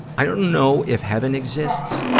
i don't know if heaven exists,